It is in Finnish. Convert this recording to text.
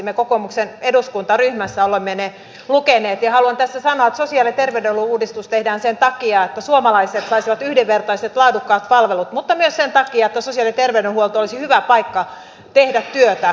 me kokoomuksen eduskuntaryhmässä olemme ne lukeneet ja haluan tässä sanoa että sosiaali ja terveydenhuollon uudistus tehdään sen takia että suomalaiset saisivat yhdenvertaiset laadukkaat palvelut mutta myös sen takia että sosiaali ja terveydenhuolto olisi hyvä paikka tehdä työtä